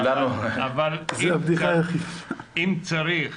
אבל אם צריך